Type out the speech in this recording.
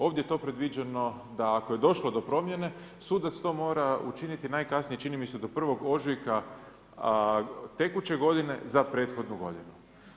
Ovdje je to predviđeno da ako je došlo do promjene sudac to mora učiniti najkasnije čini mi se do 1. ožujka tekuće godine za prethodnu godinu.